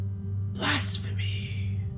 Blasphemy